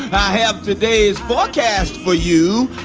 i have today's forecast for you.